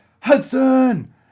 Hudson